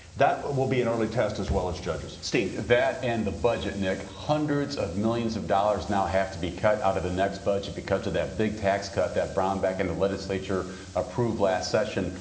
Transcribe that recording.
that will be an early test as well as judges. steve. that and the budget, nick. hundreds of millions of dollars now have to be cut out of the next budget because of that big tax cut that brownback and the legislature approved last session,